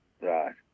Right